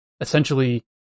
essentially